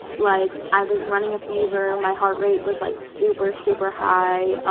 like, i was running a fever. my heart rate was, like, super, super high.